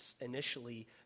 initially